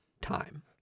time